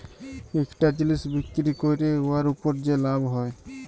ইকটা জিলিস বিক্কিরি ক্যইরে উয়ার উপর যে লাভ হ্যয়